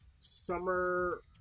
summer